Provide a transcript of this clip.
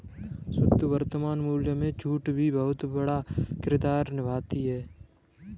शुद्ध वर्तमान मूल्य में छूट भी बहुत बड़ा किरदार निभाती है